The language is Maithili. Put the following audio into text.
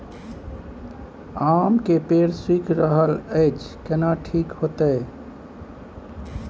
आम के पेड़ सुइख रहल एछ केना ठीक होतय?